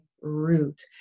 root